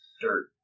Dirt